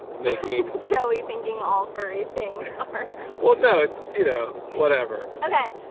making joey thinking all furry things well, no, it's you know, whatever. okay,